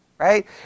Right